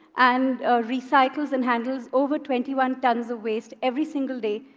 and recycles and handles over twenty one tons of waste every single day,